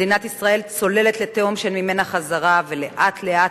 מדינת ישראל צוללת לתהום שאין ממנה חזרה ולאט-לאט